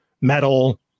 metal